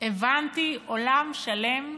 הבנתי עולם שלם,